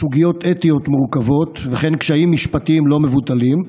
סוגיות אתיות מורכבות וכן קשיים משפטיים לא מבוטלים,